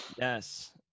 yes